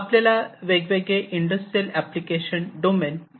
आपल्याला वेगवेगळे industrial application domain माहिती आहेतच